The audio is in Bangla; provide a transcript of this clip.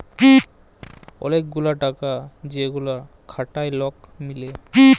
ওলেক গুলা টাকা যেগুলা খাটায় লক মিলে